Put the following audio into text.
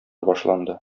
башланды